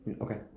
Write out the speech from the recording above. Okay